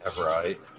Right